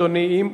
אדוני,